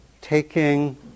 taking